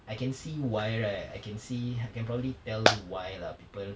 I can see why right I can see I can probably tell you why lah people